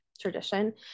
tradition